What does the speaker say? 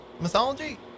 mythology